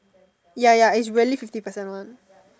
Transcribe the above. ya ya it's really fifty percent one